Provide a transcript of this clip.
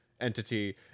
entity